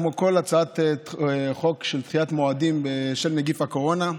כמו כל הצעת חוק של דחיית מועדים בשל נגיף הקורונה,